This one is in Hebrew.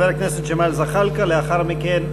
חבר הכנסת ג'מאל זחאלקה, ולאחר מכן,